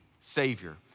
savior